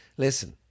Listen